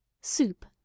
Soup